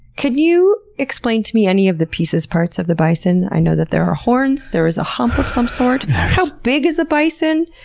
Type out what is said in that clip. can you explain to me any of the pieces, parts of the bison? i know there are horns. there is a hump of some sort. how big is a bison?